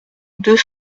deux